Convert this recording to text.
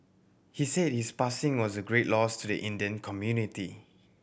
he said his passing was a great loss to the Indian community